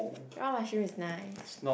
raw mushroom is nice